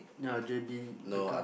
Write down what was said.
ya j_b because